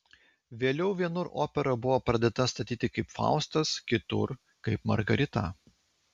vėliau vienur opera buvo pradėta statyti kaip faustas kitur kaip margarita